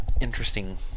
interesting